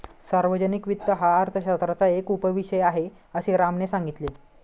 सार्वजनिक वित्त हा अर्थशास्त्राचा एक उपविषय आहे, असे रामने सांगितले